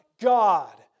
God